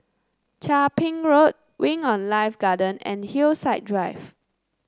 Chia Ping Road Wing On Life Garden and Hillside Drive